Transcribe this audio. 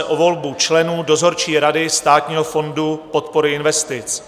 Návrh na volbu členů dozorčí rady Státního fondu podpory investic